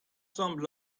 some